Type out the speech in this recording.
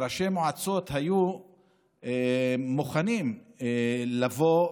וראשי מועצות היו מוכנים לבוא